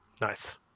nice